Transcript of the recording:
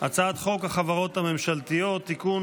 חוק החברות הממשלתיות (תיקון,